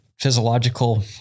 physiological